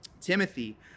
Timothy